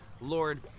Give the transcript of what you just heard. Lord